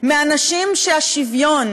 מאנשים שהשוויון